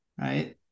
Right